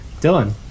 Dylan